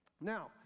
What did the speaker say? Now